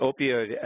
opioid